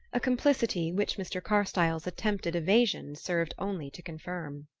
a complicity which mr. carstyle's attempted evasion served only to confirm.